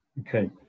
Okay